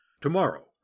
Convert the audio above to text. Tomorrow